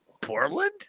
Portland